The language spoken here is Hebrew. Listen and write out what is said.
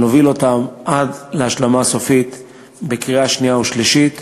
ונוביל אותן עד להשלמה סופית בקריאה שנייה ושלישית.